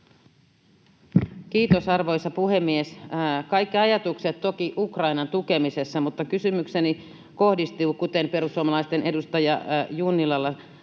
Kiitos, arvoisa puhemies! Kaikki ajatukset toki Ukrainan tukemisessa, mutta kysymykseni kohdistuu, kuten perussuomalaisten edustaja Junnilalla,